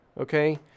okay